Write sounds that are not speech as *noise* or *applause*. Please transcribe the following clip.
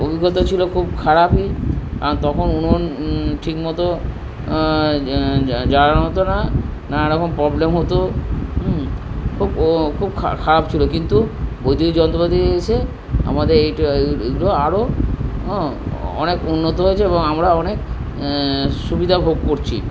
অভিজ্ঞতা ছিল খুব খারাপই কারণ তখন উনুন ঠিক মতো জ্বালানো হতো না নানা রকম প্রবলেম হতো হুম খুব *unintelligible* খুব খারাপ ছিল কিন্তু বৈদ্যুতিক যন্ত্রপাতি এসে আমাদের *unintelligible* আরও *unintelligible* অনেক উন্নত হয়েছে এবং আমরা অনেক *unintelligible* সুবিধা ভোগ করছি